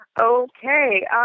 Okay